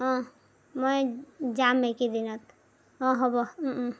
অঁ মই যাম কেইদিনত অঁ হ'ব